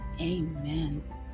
Amen